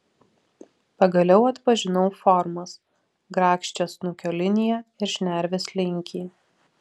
pagaliau atpažinau formas grakščią snukio liniją ir šnervės linkį